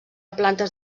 plantes